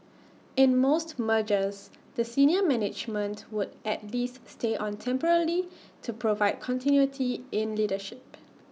in most mergers the senior management would at least stay on temporarily to provide continuity in leadership